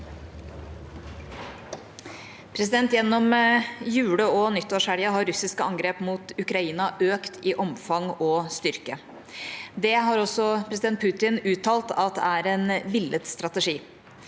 Gjennom jule- og nyttårshelgen har russiske angrep mot Ukraina økt i omfang og styrke. Det har også president Putin uttalt at er en villet strategi.